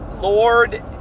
lord